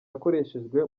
yakoreshejwe